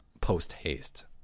post-haste